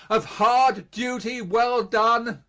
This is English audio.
of hard duty well done,